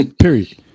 Period